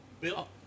Bill